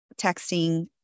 texting